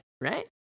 right